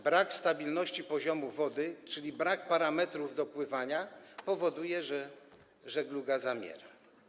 Brak stabilności poziomu wody, czyli brak parametrów do pływania, powoduje, że żegluga zamiera.